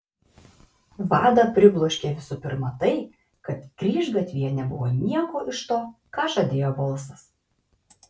vadą pribloškė visų pirma tai kad kryžgatvyje nebuvo nieko iš to ką žadėjo balsas